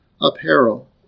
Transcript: apparel